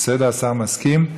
בסדר, השר מסכים.